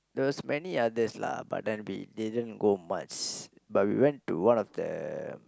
there was many others lah but then we didn't go much but we went to one of the